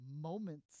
moments